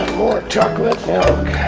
chocolate milk.